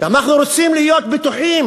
אנחנו רוצים להיות בטוחים